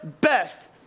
best